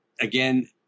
again